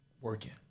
working